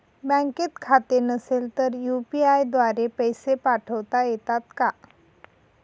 बँकेत खाते नसेल तर यू.पी.आय द्वारे पैसे पाठवता येतात का?